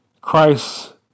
Christ